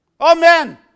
amen